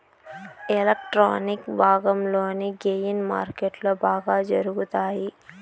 electronic భాగంలోని gain మార్కెట్లో బాగా జరుగుతాయి